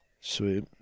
Sweet